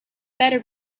better